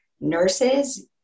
nurses